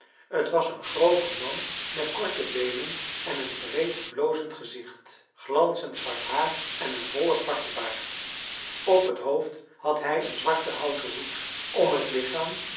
t was een grove man met korte beenen en een breed blozend gezicht glanzend zwart haar en een vollen zwarten baard op t hoofd had hij een zwarten houten hoed om het lichaam